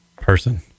Person